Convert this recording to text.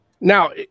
Now